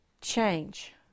change